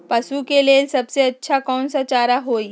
पशु के लेल सबसे अच्छा कौन सा चारा होई?